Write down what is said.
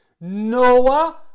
Noah